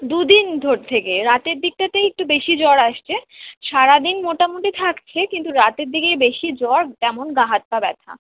দু দিন ধরে থেকে রাতের দিকটাতেই একটু বেশি জ্বর আসছে সারা দিন মোটামুটি থাকছে কিন্তু রাতের দিকেই বেশি জ্বর তেমন গা হাত পা ব্যথা